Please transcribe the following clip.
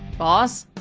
boss?